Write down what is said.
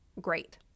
great